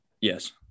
Yes